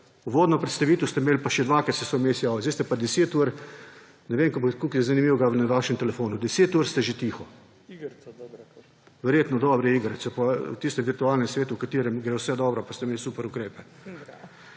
Uvodno predstavitev ste imeli pa še dvakrat ste se vmes javili. Sedaj ste pa deset ur, ne vem, koliko je zanimivega na vašem telefonu, deset ur ste že tiho. Verjetno dobre igrice pa tiste v virtualnem svetu, v katerem gre vse dobro pa ste imeli super ukrepe.